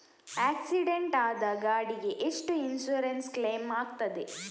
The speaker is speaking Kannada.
ಆಕ್ಸಿಡೆಂಟ್ ಆದ ಗಾಡಿಗೆ ಎಷ್ಟು ಇನ್ಸೂರೆನ್ಸ್ ಕ್ಲೇಮ್ ಆಗ್ತದೆ?